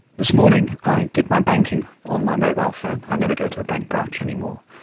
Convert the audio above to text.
this morning i did my banking on my mobile phone, i never go to a bank branch anymore,